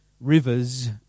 rivers